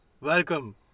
Welcome